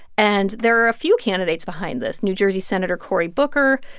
and there are a few candidates behind this new jersey senator cory booker,